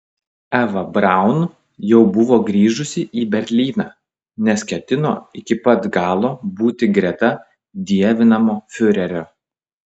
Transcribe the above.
eva braun jau buvo grįžusi į berlyną nes ketino iki pat galo būti greta dievinamo fiurerio